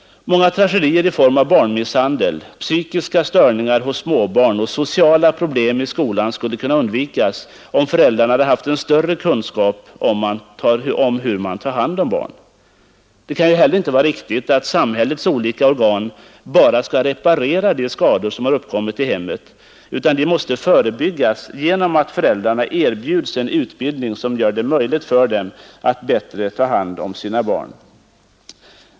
Många tragedier i form av barnmisshandel, psykiska störningar hos småbarn och sociala problem i skolan skulle kunna undvikas om föräldrarna hade en större kunskap om hur man tar hand om barnen. Det kan inte heller vara riktigt att samhällets olika organ bara skall reparera de skador som uppkommit i hemmet, utan de måste förebyggas genom att föräldrarna erbjuds en utbildning som gör det möjligt för dem att bättre ta hand om sina barn.